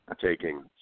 taking